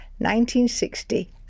1960